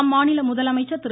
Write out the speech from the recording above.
அம்மாநில முதலமைச்சர் திரு